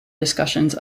discussions